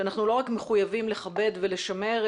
שאנחנו לא רק מחויבים לכבד ולשמר,